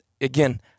again